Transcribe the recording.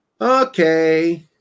Okay